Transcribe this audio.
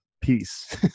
peace